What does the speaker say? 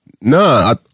Nah